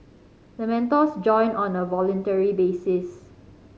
the mentors join on a voluntary basis